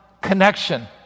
connection